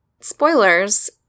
spoilers